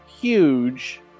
huge